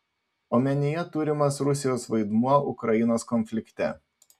omenyje turimas rusijos vaidmuo ukrainos konflikte